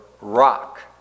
rock